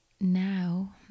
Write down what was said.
now